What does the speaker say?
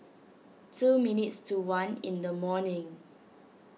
two minutes to one in the morning